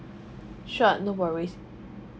sure no worries